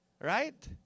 Right